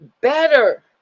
better